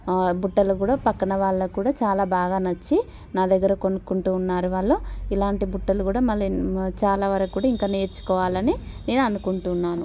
బుట్టలు కూడా పక్కన వాళ్ళకు కూడా చాలా బాగా నచ్చినా దగ్గర కొనుక్కుంటూ ఉన్నారు వాళ్ళు ఇలాంటి బుట్టలు కూడా మళ్ళీ చాలా వరకు కూడా ఇంకా నేర్చుకోవాలని నేను అనుకుంటున్నాను